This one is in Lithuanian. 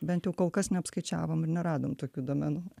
bent jau kol kas neapskaičiavom ir neradom tokių duomenų